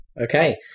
Okay